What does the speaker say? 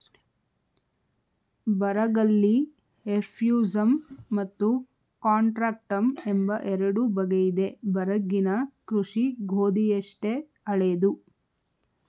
ಬರಗಲ್ಲಿ ಎಫ್ಯೂಸಮ್ ಮತ್ತು ಕಾಂಟ್ರಾಕ್ಟಮ್ ಎಂಬ ಎರಡು ಬಗೆಯಿದೆ ಬರಗಿನ ಕೃಷಿ ಗೋಧಿಯಷ್ಟೇ ಹಳೇದು